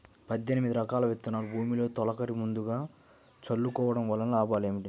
పద్దెనిమిది రకాల విత్తనాలు భూమిలో తొలకరి ముందుగా చల్లుకోవటం వలన లాభాలు ఏమిటి?